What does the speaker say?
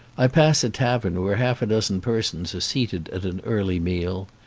i pass a tavern where half a dozen persons are seated at an early meal.